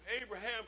Abraham